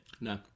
No